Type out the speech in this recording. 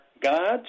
gods